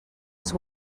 els